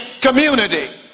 community